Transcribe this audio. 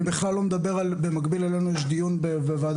אני בכלל לא מדבר על במקביל אלינו יש דיון בוועדת